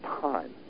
time